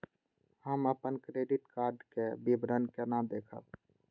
हम अपन credit card के विवरण केना देखब?